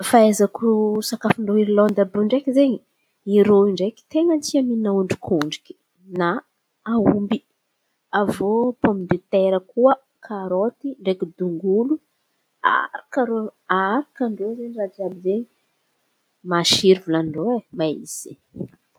Fahaizako sakafon-drô Irlandy àby iô ndraiky izen̈y irô iô ndraiky ten̈a tia mihin̈a ondrikondriky na aomby, aviô pômidetera koa, karôty ndraiky tongolo araka arakan-drô jiàby zen̈y. Masiro volan̈in-drô ai mahay izy.